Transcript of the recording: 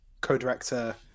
co-director